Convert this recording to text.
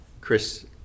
Chris